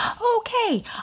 Okay